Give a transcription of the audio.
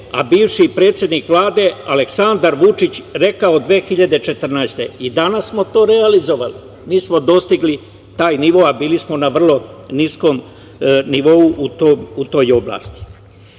a bivši predsednik Vlade, Aleksandar Vučić, rekao 2014. godine. Danas smo to realizovali. Mi smo dostigli taj nivo, a bili smo na vrlo niskom nivou u toj oblasti.I